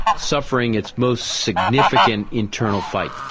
suffering its most significant internal fight.